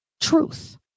Truth